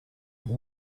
اون